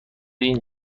این